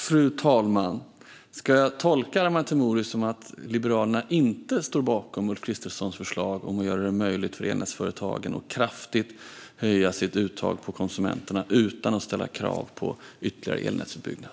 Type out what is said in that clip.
Fru talman! Ska jag tolka Arman Teimouri som att Liberalerna inte står bakom Ulf Kristerssons förslag om att göra det möjligt för elnätsföretagen att kraftigt höja sitt uttag från konsumenterna utan att ställa krav på ytterligare elnätsutbyggnad?